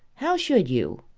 how should you?